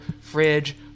fridge